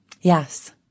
Yes